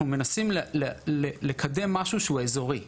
אנחנו מנסים לקדם משהו שהוא אזורי.